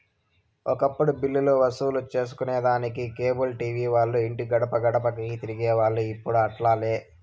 ఒకప్పుడు బిల్లులు వసూలు సేసుకొనేదానికి కేబుల్ టీవీ వాల్లు ఇంటి గడపగడపకీ తిరిగేవోల్లు, ఇప్పుడు అట్లాలే